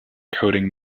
coding